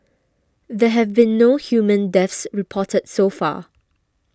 there have been no human deaths reported so far